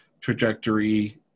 trajectory